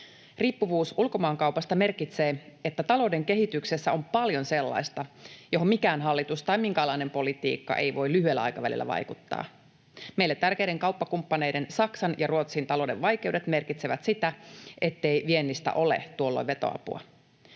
Riippuvuus ulkomaankaupasta merkitsee, että talouden kehityksessä on paljon sellaista, johon mikään hallitus tai minkäänlainen politiikka ei voi lyhyellä aikavälillä vaikuttaa. Meille tärkeiden kauppakumppaneiden, Saksan ja Ruotsin, talouden vaikeudet merkitsevät sitä, ettei viennistä ole tuolloin vetoapua.